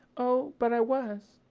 oh, but i was.